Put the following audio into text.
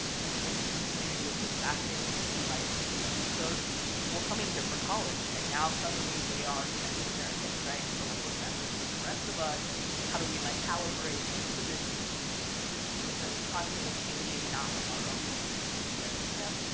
within the chinese community, it's been fascinating to see, like, these groups of people coming here for college, and now, suddenly, they are chinese american, right? and so, like, what does that mean for the rest of us, and how do we, like, calibrate to this this group that is constantly changing not of our own accord, right? yep.